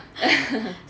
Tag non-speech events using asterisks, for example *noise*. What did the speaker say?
*laughs*